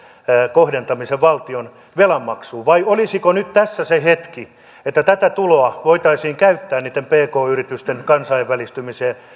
kohdentamisen valtion velanmaksuun vai olisiko nyt tässä se hetki että tätä tuloa voitaisiin käyttää niitten pk yritysten kansainvälistymiseen